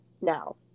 Now